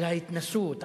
על ההתנסות,